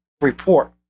report